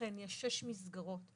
ואכן יש שש מסגרות לחברה הערבית.